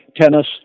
tennis